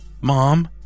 Mom